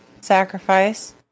sacrifice